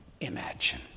imagine